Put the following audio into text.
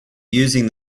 using